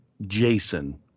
Jason